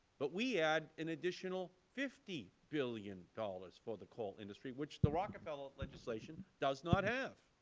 but we add an additional fifty billion dollars for the coal industry, which the rockefeller legislation does not have.